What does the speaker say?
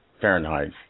Fahrenheit